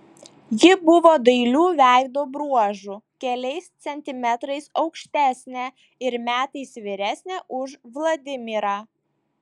ji buvo dailių veido bruožų keliais centimetrais aukštesnė ir metais vyresnė už vladimirą